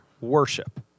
worship